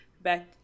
back